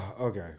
okay